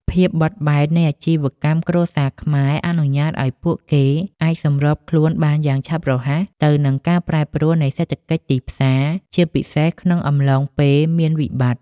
ភាពបត់បែននៃអាជីវកម្មគ្រួសារខ្មែរអនុញ្ញាតឱ្យពួកគេអាចសម្របខ្លួនបានយ៉ាងឆាប់រហ័សទៅនឹងការប្រែប្រួលនៃសេដ្ឋកិច្ចទីផ្សារ ជាពិសេសក្នុងអំឡុងពេលមានវិបត្តិ។